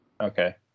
okay